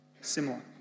similar